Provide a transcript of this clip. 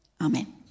Amen